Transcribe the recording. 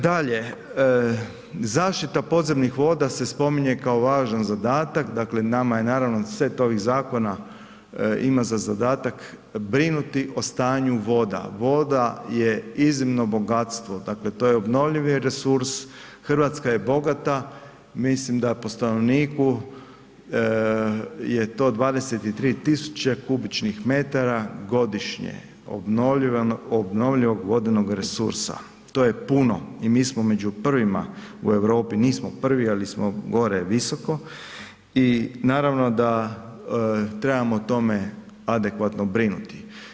Dalje, zaštita podzemnih voda se spominje kao važan zadatak, dakle nama je naravno set ovih zakona ima za zadatak brinuti o stanju voda, voda je iznimno bogatstvo, dakle to je obnovljivi resurs, Hrvatska je bogata, mislim da po stanovniku je to 23 000 m3 godišnje obnovljivog vodenog resursa, to je puno i mi smo među prvima u Europi, nismo prvi ali smo gore visoko i naravno da trebamo o tome adekvatno brinuti.